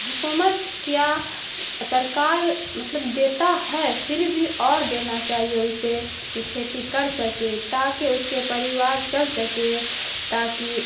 حکومت کیا سرکار مطلب دیتا ہے پھر بھی اور دینا چاہیے اسے کہ کھیتی کر سکے تاکہ اس کے پریوار چل سکے تاکہ